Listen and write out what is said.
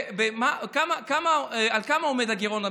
על כמה עומד גירעון המדינה?